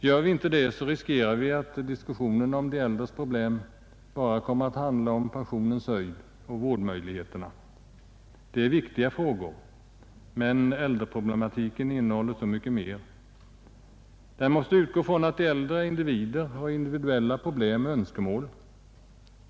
Gör vi inte det, riskerar vi att diskussionen om de äldres problem bara kommer att handla om pensionens höjd och vårdmöjligheterna. Detta är viktiga frågor, men äldreproblematiken innehåller så mycket mer. Den måste utgå från att de äldre är individer, har individuella problem och önskemål.